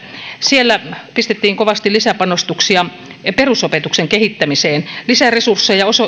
siellä pistettiin kovasti lisäpanostuksia perusopetuksen kehittämiseen lisäresursseja